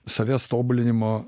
savęs tobulinimo